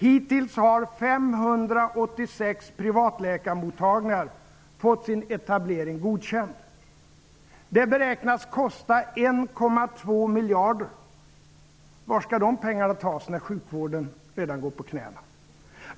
Hittills har 586 privatläkare fått sin etablering godkänd. Det beräknas kosta 1,2 miljarder. Var skall de pengarna tas när sjukvården redan går på knäna?